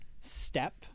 step